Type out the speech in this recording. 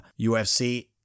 UFC